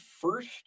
first